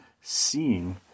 seeing